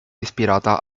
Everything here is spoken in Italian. ispirata